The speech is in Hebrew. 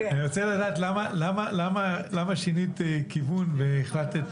אני רוצה לשמוע חוות דעת משפטית, ואני אקבל אותה.